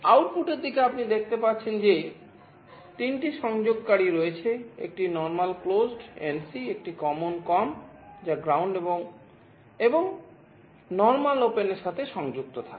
output এর দিকে আপনি দেখতে পাচ্ছেন যে 3 টি সংযোগকারী এর সাথে সংযুক্ত থাকে